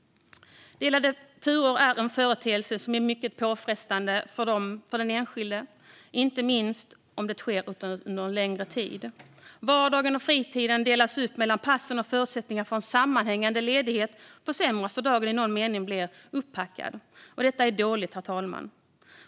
Delade turer är en företeelse som är mycket påfrestande för den enskilde, inte minst om det sker under längre tid. Vardagen och fritiden delas upp mellan passen. Förutsättningarna för en sammanhängande ledighet försämras då dagen i någon mening blir upphackad. Detta är dåligt, herr talman.